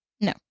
No